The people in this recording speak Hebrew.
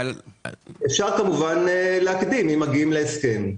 אפשר, כמובן, להקדים אם מגיעים להסכם.